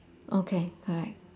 okay correct